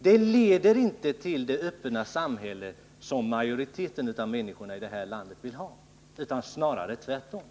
Det leder inte till det öppna samhälle som majoriteten av människorna i det här landet vill ha utan snarare till motsatsen.